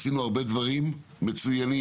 עשינו הרבה דברים מצוינים;